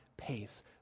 pace